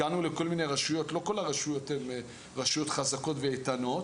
הגענו לכל מיני רשויות לא כל הרשויות הן רשויות חזקות ואיתנות